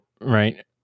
Right